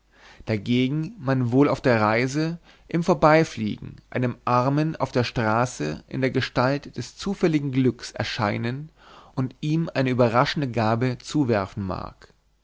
dagegen man wohl auf der reise im vorbeifliegen einem armen an der straße in der gestalt des zufälligen glücks erscheinen und ihm eine überraschende gabe zuwerfen mag